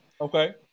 Okay